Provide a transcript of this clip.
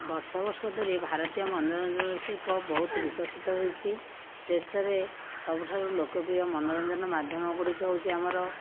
ବର୍ଷ ବର୍ଷ ଧରି ଭାରତୀୟ ମନୋରଞ୍ଜନ ଶିଳ୍ପ ବହୁତ ବିକଶିତ ହୋଇଛି ଦେଶରେ ସବୁଠାରୁ ଲୋକପ୍ରିୟ ମନୋରଞ୍ଜନ ମାଧ୍ୟମ ଗୁଡ଼ିକ ହେଉଛି ଆମର